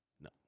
No